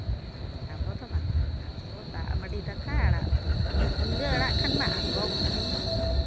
ᱟᱵᱚ ᱫᱚ ᱵᱟᱝᱼᱟ ᱟᱵᱚ ᱫᱟᱜ ᱢᱟᱹᱰᱤ ᱫᱟᱠᱟ ᱟᱲᱟᱜ ᱩᱛᱩ ᱢᱩᱱᱜᱟᱹ ᱟᱲᱟᱜ ᱠᱷᱟᱱ ᱢᱟ ᱟᱨᱦᱚᱸ ᱠᱩᱥᱤ